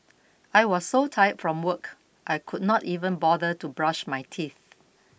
I was so tired from work I could not even bother to brush my teeth